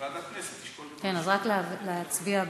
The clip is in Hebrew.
ועדת הכנסת תשקול, כן, אז רק להצביע בעד.